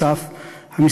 נוסף על כך,